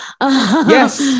Yes